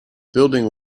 building